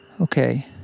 okay